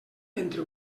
entre